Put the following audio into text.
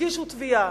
הגישו תביעה.